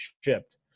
shipped